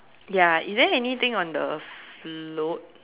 ya is there anything on the float